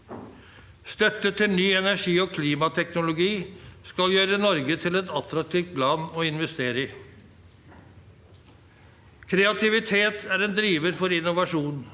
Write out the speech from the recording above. Støtte til ny energi- og klimateknologi skal gjøre Norge til et attraktivt land å investere i. Kreativitet er en driver for innovasjon.